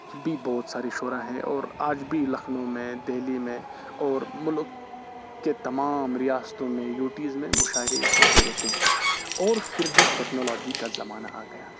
بھی بہت سارے شعرا ہیں اور آج بھی لکھنو میں دہلی میں اور ملک کے تمام ریاستوں میں یوٹیز میں مشاعرے ہوتے ریتے ہیں اور پھر جب ٹیکنالوجی کا زمانہ آ گیا